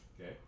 Okay